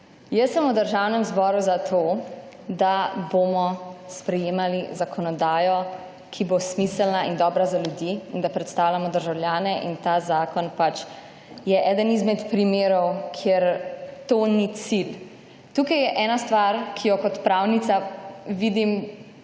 Jaz sem v Državnem zboru zato, da bomo sprejemali zakonodajo, ki bo smiselna in dobra za ljudi in da predstavljamo državljane in ta zakon pač je eden izmed primerov, kjer to ni cilj. Tukaj je ena stvar, ki jo kot pravnica vidim